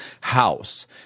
house